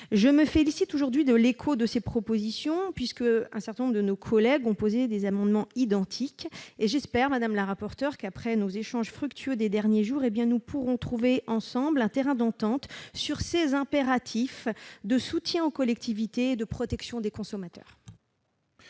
Je me félicite aujourd'hui de l'écho que rencontrent ces propositions puisqu'un certain nombre de nos collègues ont déposé des amendements identiques. J'espère, madame la rapporteure, qu'après nos échanges fructueux des derniers jours, nous pourrons trouver ensemble un terrain d'entente sur ces impératifs de soutien aux collectivités et de protection des consommateurs.